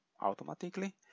automatically